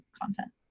content